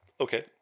Okay